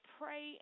pray